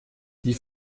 die